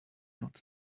not